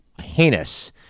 heinous